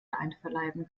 einverleiben